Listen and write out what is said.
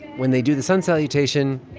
when they do the sun salutation,